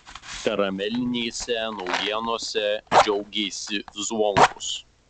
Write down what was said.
karamelinėse naujienose džiaugėsi zvonkus